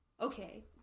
Okay